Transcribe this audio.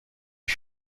lui